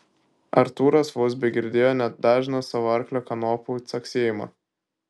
artūras vos begirdėjo net dažną savo arklio kanopų caksėjimą